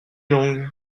longue